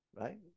right